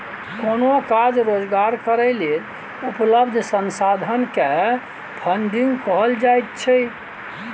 कोनो काज रोजगार करै लेल उपलब्ध संसाधन के फन्डिंग कहल जाइत छइ